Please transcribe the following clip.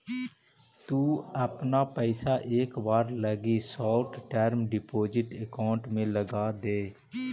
तु अपना पइसा एक बार लगी शॉर्ट टर्म डिपॉजिट अकाउंट में लगाऽ दे